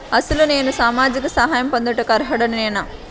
అసలు నేను సామాజిక సహాయం పొందుటకు అర్హుడనేన?